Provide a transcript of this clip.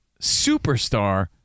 superstar